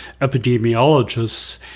epidemiologists